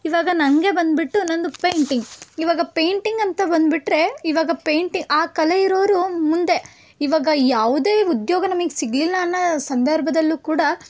ಇವಾಗ ನನಗೆ ಬಂದುಬಿಟ್ಟು ನನ್ನದು ಪೇಂಟಿಂಗ್ ಇವಾಗ ಪೇಂಟಿಂಗ್ ಅಂತ ಬಂದುಬಿಟ್ರೆ ಇವಾಗ ಪೇಂಟಿಂಗ್ ಆ ಕಲೆ ಇರೋರು ಮುಂದೆ ಇವಾಗ ಯಾವುದೇ ಉದ್ಯೋಗ ನಮಗೆ ಸಿಗಲಿಲ್ಲ ಅನ್ನೋ ಸಂದರ್ಭದಲ್ಲೂ ಕೂಡ